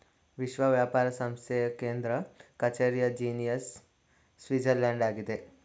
ವಿಶ್ವ ವ್ಯಾಪಾರ ಸಂಸ್ಥೆಯ ಕೇಂದ್ರ ಕಚೇರಿಯು ಜಿನಿಯಾ, ಸ್ವಿಟ್ಜರ್ಲ್ಯಾಂಡ್ನಲ್ಲಿದೆ